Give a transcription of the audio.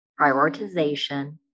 prioritization